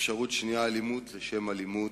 אפשרות שנייה, אלימות לשם אלימות,